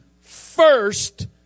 first